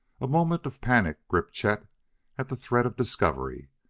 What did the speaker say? a moment of panic gripped chet at the threat of discovery.